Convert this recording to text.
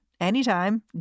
anytime